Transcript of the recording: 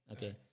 Okay